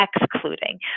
excluding